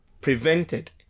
prevented